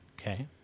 Okay